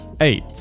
eight